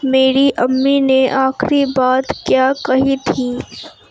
میری امی نے آخری بات کیا کہی تھی